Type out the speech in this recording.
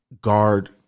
Guard